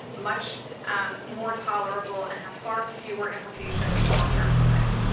much um more tolerable, and have far fewer implications, long term for life.